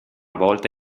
volta